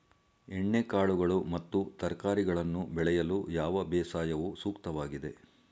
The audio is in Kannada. ಎಣ್ಣೆಕಾಳುಗಳು ಮತ್ತು ತರಕಾರಿಗಳನ್ನು ಬೆಳೆಯಲು ಯಾವ ಬೇಸಾಯವು ಸೂಕ್ತವಾಗಿದೆ?